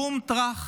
בום טרך,